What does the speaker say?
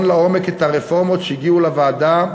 לעומק את הרפורמות שהגיעו לוועדה,